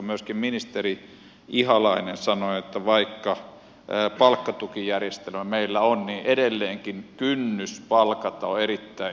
myöskin ministeri ihalainen sanoi että vaikka palkkatukijärjestelmä meillä on niin edelleenkin kynnys palkata on erittäin suuri